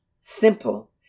simple